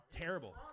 Terrible